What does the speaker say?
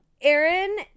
Aaron